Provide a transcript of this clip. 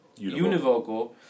univocal